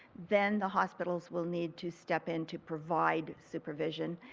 than the hospitals will need to step into provide supervision.